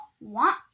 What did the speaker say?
want